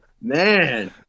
Man